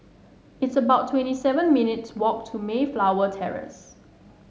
it's about twenty seven minutes' walk to Mayflower Terrace